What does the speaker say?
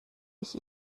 ich